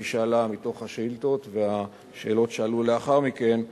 כפי שעלה מתוך השאילתא והשאלות שעלו לאחר מכן,